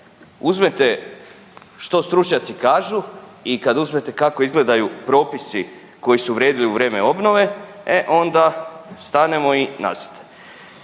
uzmete što stručnjaci kažu i kad uzmete kako izgledaju propisi koji su vrijedili u vrijeme obnove, e onda stanemo i nazad.